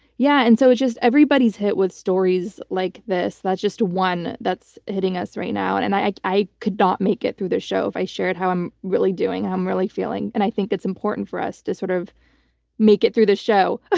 yeah. and so it just, everybody's hit with stories like this. that's just one that's hitting us right now. and and i like i could not make it through the show if i shared how i'm really doing, how i'm really feeling. and i think it's important for us to sort of make it through this show.